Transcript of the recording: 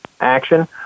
action